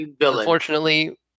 Unfortunately